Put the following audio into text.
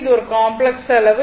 இது ஒரு காம்ப்ளக்ஸ் அளவு